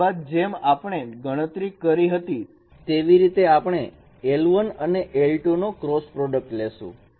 ત્યારબાદ જેમ આપણે ગણતરી કરી હતી તેવી રીતે આપણે l1 અને l2 નો ક્રોસ પ્રોડક્ટ લેશું